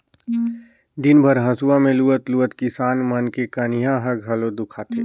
दिन भर हंसुआ में लुवत लुवत किसान मन के कनिहा ह घलो दुखा थे